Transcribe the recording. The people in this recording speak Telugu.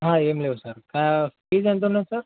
ఏం లేవు సార్ ఫీజ్ ఎంతున్నది సార్